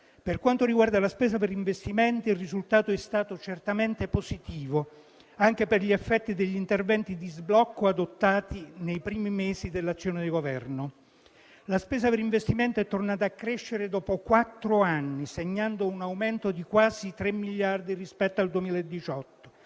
Per quanto riguarda la spesa per investimenti, il risultato è stato certamente positivo, anche per gli effetti degli interventi di sblocco adottati nei primi mesi dell'azione di Governo. La spesa per investimenti è tornata a crescere dopo quattro anni, segnando un aumento di quasi 3 miliardi di euro rispetto al 2018.